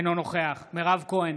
אינו נוכח מירב כהן,